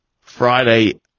Friday